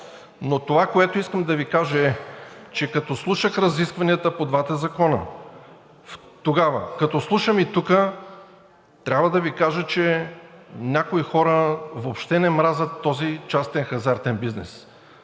Това, което искам да Ви кажа, е, че като слушах разискванията по двата закона тогава, като слушам и тук, трябва да Ви кажа, че някои хора въобще не мразят този частен хазартен бизнес.